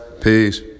peace